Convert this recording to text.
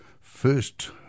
first